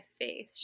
faith